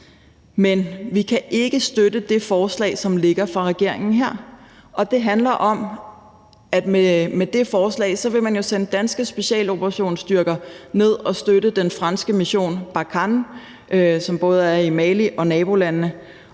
Men vi kan ikke støtte det forslag, som ligger fra regeringens side her. Det handler om, at med det forslag vil man jo sende danske specialoperationsstyrker ned og støtte den franske mission Barkhane, som både er i Mali og nabolandene.